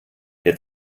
der